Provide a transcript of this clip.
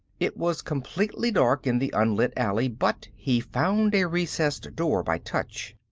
it was completely dark in the unlit alley, but he found a recessed door by touch.